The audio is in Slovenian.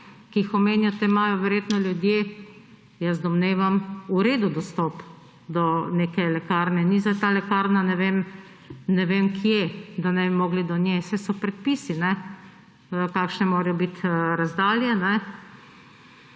ki jih omenjate, imajo verjetno ljudje, jaz domnevam, v redu dostop do neke lekarne. Ni zdaj ta lekarna ne vem kje, da ne bi mogli do nje, saj so predpisi, kakšne morajo biti razdalje.